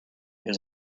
his